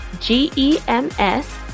G-E-M-S